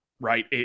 Right